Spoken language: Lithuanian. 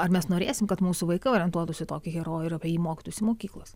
ar mes norėsime kad mūsų vaikai orientuotųsi į tokį herojų ir apie jį mokytųsi mokyklos